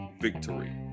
victory